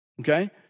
Okay